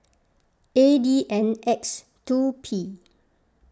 A D N X two P